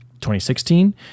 2016